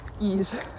ease